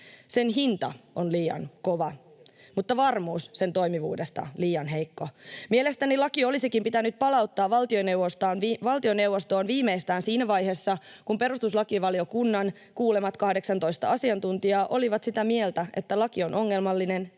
Sen hinta on liian kova, mutta varmuus sen toimivuudesta liian heikko. Mielestäni laki olisikin pitänyt palauttaa valtioneuvostoon viimeistään siinä vaiheessa, kun perustuslakivaliokunnan kuulemat 18 asiantuntijaa olivat sitä mieltä, että laki on ongelmallinen